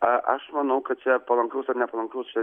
aš manau kad čia palankaus ar nepalankaus čia